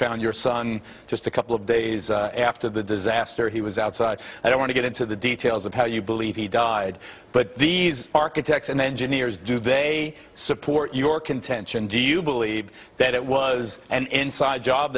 found your son just a couple of days after the disaster he was outside i don't want to get into the details of how you believe he died but these architects and engineers do they support your contention do you believe that it was an inside job